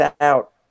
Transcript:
out